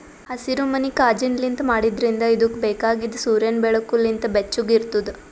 ಹಸಿರುಮನಿ ಕಾಜಿನ್ಲಿಂತ್ ಮಾಡಿದ್ರಿಂದ್ ಇದುಕ್ ಬೇಕಾಗಿದ್ ಸೂರ್ಯನ್ ಬೆಳಕು ಲಿಂತ್ ಬೆಚ್ಚುಗ್ ಇರ್ತುದ್